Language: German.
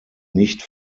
nicht